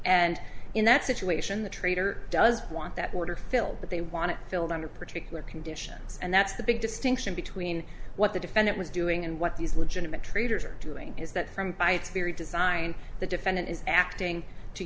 and in that situation the trader does want that order filled but they want to filled under particular conditions and that's the big distinction between what the defendant was doing and what these legitimate traders are doing is that from by its very design the defendant is acting to